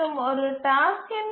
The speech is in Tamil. மற்றும் ஒரு டாஸ்க்கின்